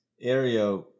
area